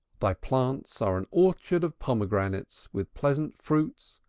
thy plants are an orchard of pomegranates, with pleasant fruits,